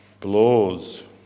blows